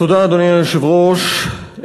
אדוני היושב-ראש,